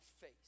face